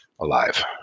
alive